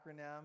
acronym